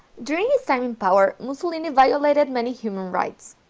during his time in power mussolini violated many human rights.